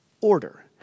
order